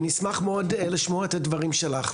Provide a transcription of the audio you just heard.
נשמח לשמוע את הדברים שלך.